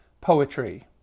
poetry